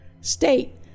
state